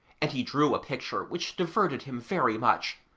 and he drew a picture, which diverted him very much,